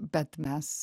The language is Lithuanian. bet mes